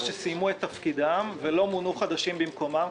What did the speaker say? שסיימו את תפקידם ולא מונו חדשים במקומם,